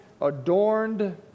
adorned